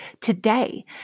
today